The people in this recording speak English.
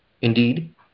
Indeed